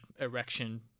erection